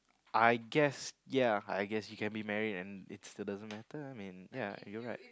I guess ya I guess you can be married and it still doesn't matter I mean ya you can be like